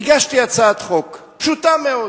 הגשתי הצעת חוק פשוטה מאוד.